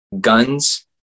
guns